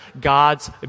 God's